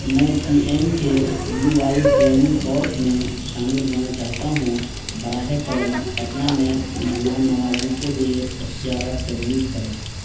میں P M K V Y training course میں شامل ہونا چاہتا ہوں براہ کرم پٹنہ میں مہمان نوازی کے لیے اختیارات تجویز کریں